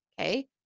okay